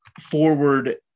forward